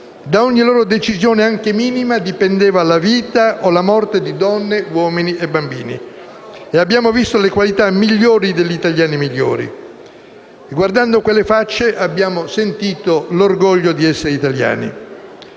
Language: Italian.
da ogni loro decisione anche minima dipendeva la vita o la morte di donne, uomini e bambini. Abbiamo visto le qualità migliori degli italiani migliori. Guardando quelle facce, abbiamo sentito l'orgoglio di essere italiani.